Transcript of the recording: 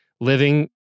living